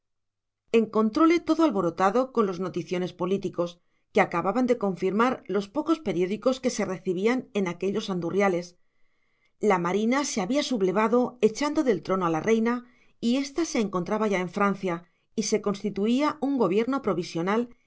alentaban mucho encontróle todo alborotado con los noticiones políticos que acababan de confirmar los pocos periódicos que se recibían en aquellos andurriales la marina se había sublevado echando del trono a la reina y ésta se encontraba ya en francia y se constituía un gobierno provisional